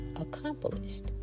accomplished